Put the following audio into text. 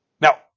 Now